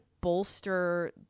bolster